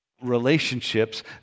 Relationships